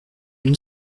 nous